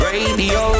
Radio